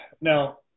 Now